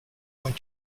going